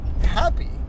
Happy